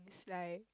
like